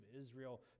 Israel